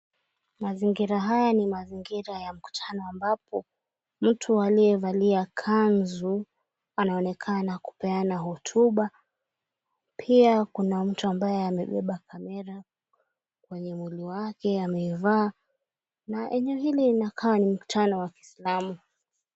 Mazingira haya ni mazingira ya mkutano ambapo mtu aliyevalia kanzu anaonekana kupeana hotuba, pia kuna mtu ambaye amebeba kamera kwenye mwili wake ameivaa na eneo hili linakaa ni mkutano wa kisilamu.